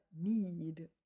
need